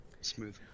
smooth